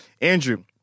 Andrew